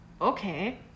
okay